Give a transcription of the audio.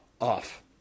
off